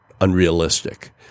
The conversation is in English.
unrealistic